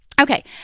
okay